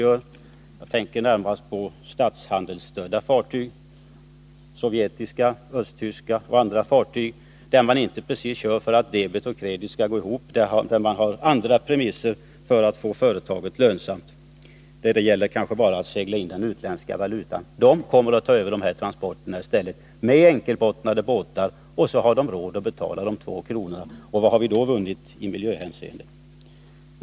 Jag tänker närmast på statshandelsstödda fartyg — sovjetiska, östtyska och andra fartyg — som inte precis körs för att debet och kredit skall gå ihop utan som körs under andra premisser för att få företaget lönsamt; det gäller kanske bara att segla in utländsk valuta. De kommer i stället att ta över dessa transporter med enkelbottnade båtar och de har då råd att betala den föreslagna avgiften av två kronor per ton. Vad har vi då vunnit i miljöhänseende?